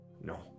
no